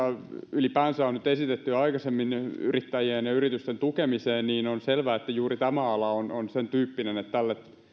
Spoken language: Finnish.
ylipäänsä on nyt esitetty jo aikaisemmin yrittäjien ja yritysten tukemiseen niin on selvää että juuri tämä ala on on sen tyyppinen että